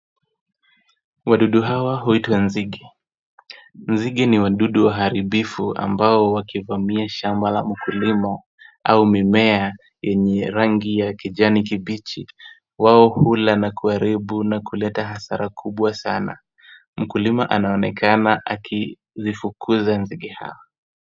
Wadudu hawa huitwa nzige. Nzige ni wadudu waharibifu ambao wakivamia shamba la mkulima au mimea yenye rangi ya kijani kibichi, wao hula na kuharibu na kuleta hasara kubwa sana. Mkulima anaonekana akiwafukuza nzige hawa.